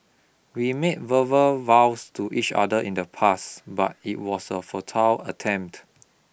we made verbal vows to each other in the past but it was a futile attempt